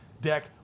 deck